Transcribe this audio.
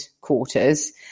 quarters